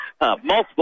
multiple